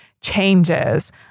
changes